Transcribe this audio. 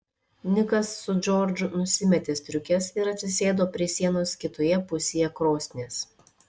nikas su džordžu nusimetė striukes ir atsisėdo prie sienos kitoje pusėje krosnies